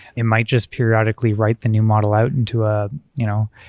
it might just periodically write the new model out into a you know